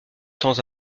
temps